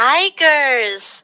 Tigers